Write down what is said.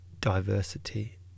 diversity